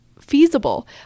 feasible